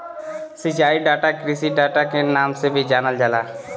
सिंचाई डाटा कृषि डाटा के नाम से भी जानल जाला